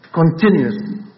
continuously